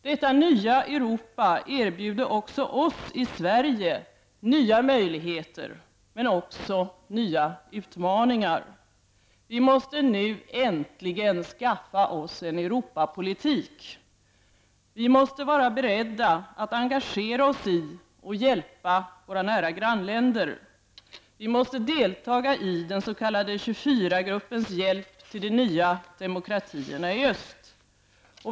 Detta nya Europa erbjuder också oss i Sverige nya möjligheter men också nya utmaningar. Vi måste nu äntligen skaffa oss en Europapolitik. Vi måste vara beredda att engagera oss i och hjälpa våra nära grannländer. Vi måste delta i den s.k. 24-gruppens hjälp till de nya demokratierna i öst.